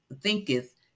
thinketh